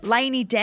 Lainey